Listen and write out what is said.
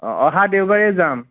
অহা দেওবাৰে যাম